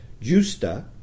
justa